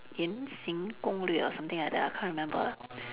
延禧攻略:yan xi gong lue or something like that ah I can't remember lah